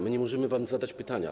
My nie możemy wam zadać pytania.